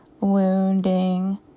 wounding